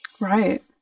Right